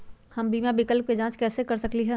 हम बीमा विकल्प के जाँच कैसे कर सकली ह?